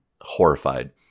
horrified